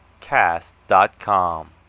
cast.com